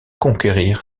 conquérir